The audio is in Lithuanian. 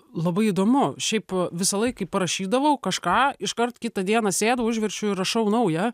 labai įdomu šiaip visąlaik kai parašydavau kažką iškart kitą dieną sėdu užverčiu ir rašau naują